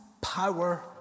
power